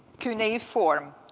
cuneiform,